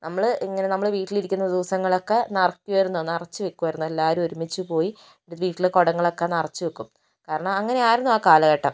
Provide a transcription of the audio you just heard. നമ്മള് ഇങ്ങനെ നമ്മള് വീട്ടിലിരിക്കുന്ന ദിവസങ്ങളൊക്ക നിറയ്ക്കുമായിരുന്നു നിറച്ച് വയ്ക്കുമായിരുന്നു എല്ലാവരും ഒരുമിച്ച് പോയി എന്നിട്ട് വീട്ടിലെ കുടങ്ങളൊക്കെ നിറച്ച് വെക്കും കാരണം അങ്ങനെയായിരുന്നു ആ കാലഘട്ടം